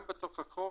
גם בתוך החוק